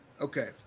Okay